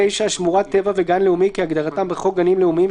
״(9) שמורת טבע וגן לאומי כהגדרתם בחוק גנים לאומיים,